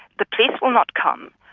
the police will not come,